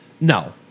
No